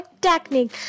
technique